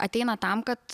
ateina tam kad